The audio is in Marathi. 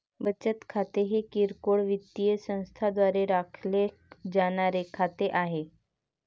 बचत खाते हे किरकोळ वित्तीय संस्थांद्वारे राखले जाणारे खाते आहे